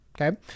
Okay